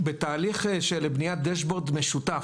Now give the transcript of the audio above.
בתהליך של בניית דש בורד משותף,